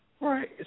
Right